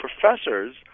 professors